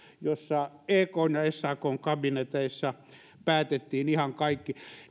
jossa ekn ja sakn kabineteissa päätettiin ihan kaikki